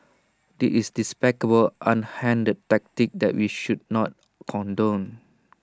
this is despicable underhand tactic that we should not condone